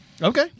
Okay